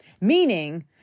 meaning